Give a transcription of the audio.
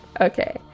Okay